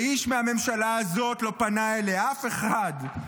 ואיש מהממשלה הזאת לא פנה אליה, אף אחד.